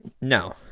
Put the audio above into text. No